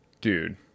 Dude